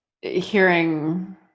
hearing